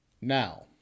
Now